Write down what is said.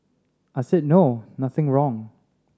I said no nothing wrong